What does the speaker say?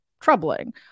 troubling